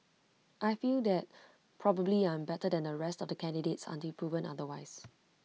I feel that probably I am better than the rest of the candidates until proven otherwise